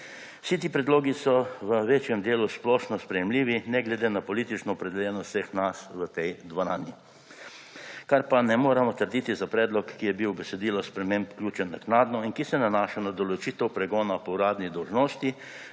Vsi ti predlogi so v večjem delu splošno sprejemljivi ne glede na politično opredeljenost vseh nas v tej dvorani, kar pa ne moremo trditi za predlog, ki je bil v besedilo sprememb vključen naknadno in ki se nanaša na določitev pregona po uradni dolžnosti